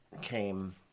came